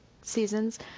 seasons